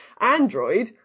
Android